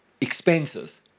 expenses